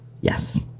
Yes